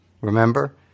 Remember